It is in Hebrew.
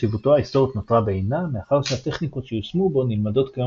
חשיבותו ההיסטורית נותרה בעינה מאחר שהטכניקות שיושמו בו נלמדות כיום